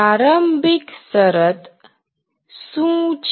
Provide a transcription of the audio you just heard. પ્રારંભિક શરત શું છે